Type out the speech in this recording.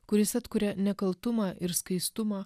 kuris atkuria nekaltumą ir skaistumą